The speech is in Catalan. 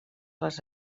les